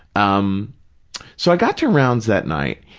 um so, i got to rounds that night,